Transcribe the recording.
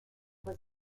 was